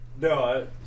no